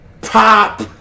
pop